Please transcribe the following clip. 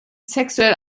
sexuell